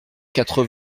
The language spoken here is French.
quatre